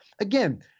again